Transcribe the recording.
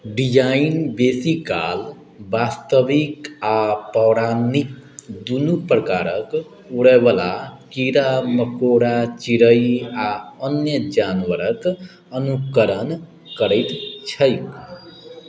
design बेसी काल वास्तविक आ पौराणिक दुनू प्रकारके उड़यवला कीड़ा मकोड़ा चिड़ै आ अन्य जानवरके अनुकरण करैत छैक